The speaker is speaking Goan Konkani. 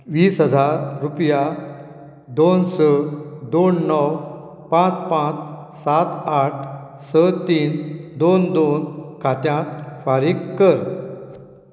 वीस हजार रुपया दोन स दोन णव पांच पांच सात आठ स तीन दोन दोन खात्यांत फारीक कर